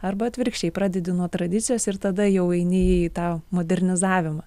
arba atvirkščiai pradedi nuo tradicijos ir tada jau eini į tą modernizavimą